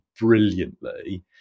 brilliantly